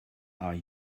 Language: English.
are